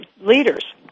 leaders